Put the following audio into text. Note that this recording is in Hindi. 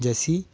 जैसी